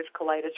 colitis